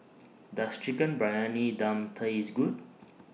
Does Chicken Briyani Dum Taste Good